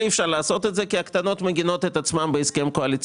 כבר אי אפשר לעשות את זה כי הקטנות מגנות על עצמן בהסכם קואליציוני.